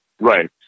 Right